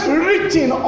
written